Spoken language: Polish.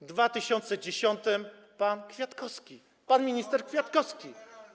W 2010 r. pan Kwiatkowski, pan minister Kwiatkowski.